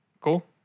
Cool